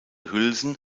hülsen